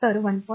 तर 1